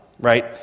right